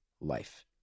life